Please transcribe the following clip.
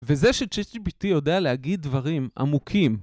וזה ש chat GPT יודע להגיד דברים עמוקים